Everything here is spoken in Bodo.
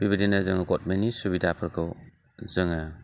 बिबादिनो जोङो गभर्नमेन्टनि सुबिदाफोरखौ जोङो